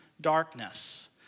darkness